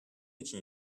için